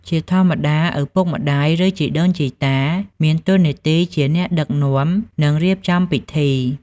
ជាធម្មតា ឪពុកម្ដាយ ឬជីដូនជីតា មានតួនាទីជាអ្នកដឹកនាំ និងរៀបចំពិធី។